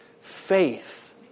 faith